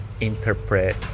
interpret